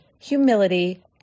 humility